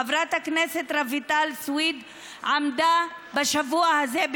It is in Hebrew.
חברת הכנסת רויטל סויד עמדה בשבוע הזה,